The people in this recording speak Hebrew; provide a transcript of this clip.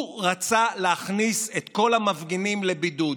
הוא רצה להכניס את כל המפגינים לבידוד,